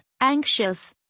anxious